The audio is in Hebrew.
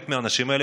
חלק מהאנשים האלה,